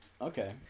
Okay